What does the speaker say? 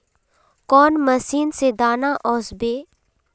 कौन मशीन से दाना ओसबे?